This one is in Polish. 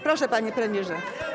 Proszę, panie premierze.